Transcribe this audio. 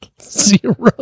Zero